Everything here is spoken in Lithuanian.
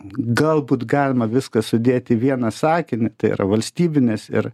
galbūt galima viską sudėt į vieną sakinį tai yra valstybinės ir